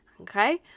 Okay